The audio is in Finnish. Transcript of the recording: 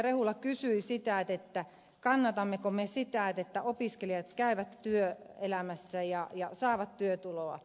rehula kysyi sitä kannatammeko me sitä että opiskelijat käyvät työelämässä ja saavat työtuloa